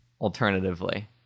alternatively